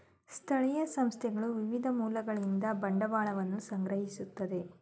ಸ್ಥಳೀಯ ಸಂಸ್ಥೆಗಳು ವಿವಿಧ ಮೂಲಗಳಿಂದ ಬಂಡವಾಳವನ್ನು ಸಂಗ್ರಹಿಸುತ್ತದೆ